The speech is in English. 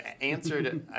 answered